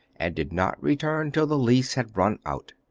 and did not return till the lease had run out.